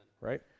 Right